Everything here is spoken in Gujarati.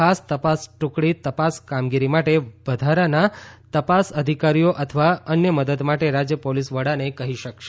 ખાસ તપાસ ટુકડી તપાસ કામગીરી માટે વધારાના તપાસ અધિકારીઓ અથવા અન્ય મદદ માટે રાજ્ય પોલીસ વડાને કહી શકશે